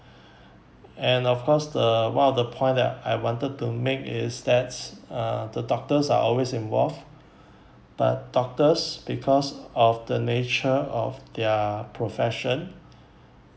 and of course the while the point that I wanted to make is thats uh the doctors are always involved but doctors because of the nature of their profession